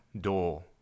door